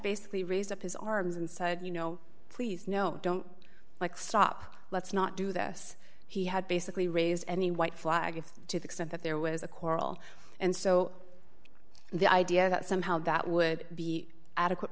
basically raised up his arms and said you know please no don't like stop let's not do this he had basically raised any white flag to the extent that there was a quarrel and so the idea that somehow that would be adequate